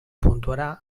puntuarà